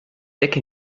decke